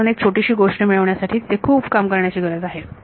म्हणून एक छोटी गोष्ट मिळण्यासाठी तिथे खूप काम करण्याची गरज आहे